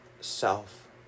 self